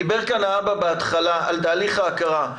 דיבר כאן האבא בהתחלה על תהליך ההכרה,